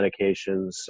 medications